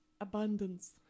Abundance